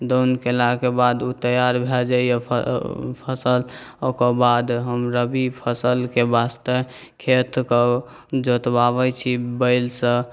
दाउन केलाके बाद ओ तैआर भऽ जाइए फसिल ओकर बाद हम रब्बी फसलके वास्ते खेतके जोतबाबै छी बैलसँ